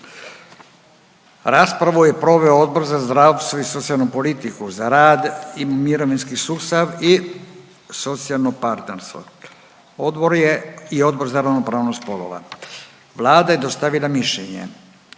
Raspravu je proveo Odbor za zdravstvo i socijalnu politiku, za rad, mirovinski sustav i socijalno partnerstvo. Odbor je, i Odbor za ravnopravnost spolova. Vlada je dostavila mišljenje.